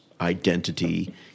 identity